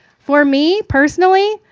for me, personally,